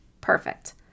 perfect